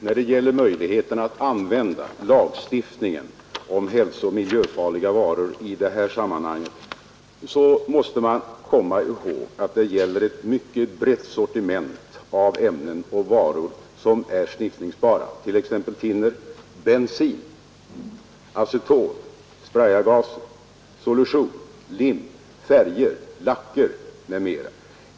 När det gäller möjligheterna att använda lagstiftningen om hälsooch miljöfarliga varor i detta sammanhang måste man komma ihåg att det gäller ett mycket brett sortiment av ämnen och varor som är sniffningsbara, t.ex. thinner, bensin, aceton, spraygaser, solution, lim, färger, lacker m.m.